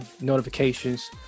notifications